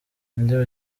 indimi